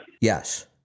Yes